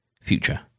future